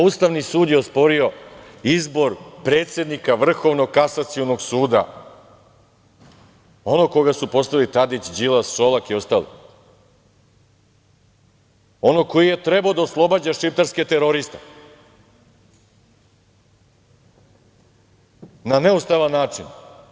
Ustavni sud je osporio izbor predsednika Vrhovnog kasacionog suda, onog koga su postavili Tadić, Đilas, Šolak i ostali, onog koji je trebao da oslobađa šipratske teroriste na neustavan način.